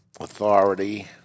Authority